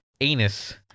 anus